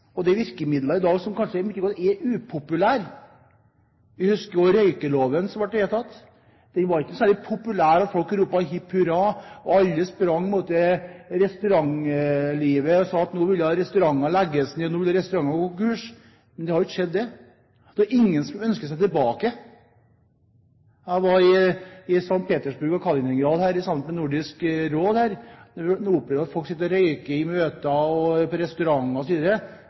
i dag er upopulære. Vi husker jo da røykeloven ble vedtatt. Den var ikke så populær at folk ropte hipp hurra. Mange mente at nå ville restaurantene bli lagt ned og gå konkurs. Men det har jo ikke skjedd. Det er ingen som ønsker seg tilbake. Jeg var i St. Petersburg og Kaliningrad sammen med Nordisk Råd, og når man opplever at folk sitter og røyker i møter, på